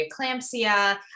preeclampsia